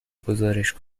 گزارش